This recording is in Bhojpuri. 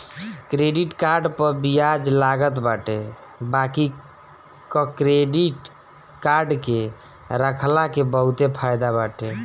क्रेडिट कार्ड पअ बियाज लागत बाटे बाकी क्क्रेडिट कार्ड के रखला के बहुते फायदा बाटे